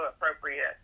appropriate